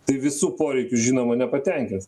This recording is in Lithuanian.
tai visų poreikių žinoma nepatenkins